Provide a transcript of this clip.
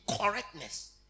correctness